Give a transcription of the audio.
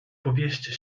powieście